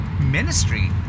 ministry